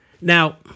Now